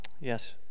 Yes